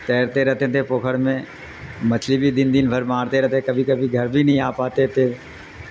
تیرتے رہتے تھے پوکھر میں مچھلی بھی دن دن بھر مارتے رہتے کبھی کبھی گھر بھی نہیں آ پاتے تھے